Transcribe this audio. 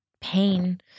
Pain